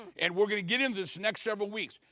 and we're going to get into this next several weeks,